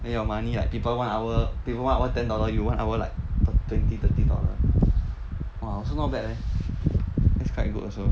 then your money like people one hour people one hour ten dollars you one hour like twenty thirty dollars !wah! also not bad leh that's quite good also